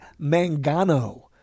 Mangano